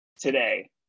today